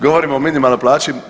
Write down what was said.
Govorimo o minimalnoj plaći.